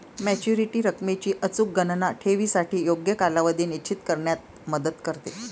maturity रकमेची अचूक गणना ठेवीसाठी योग्य कालावधी निश्चित करण्यात मदत करते